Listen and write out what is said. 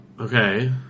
Okay